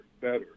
better